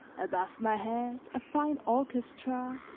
above my head a fine orchestra,